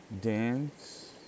Dance